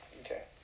Okay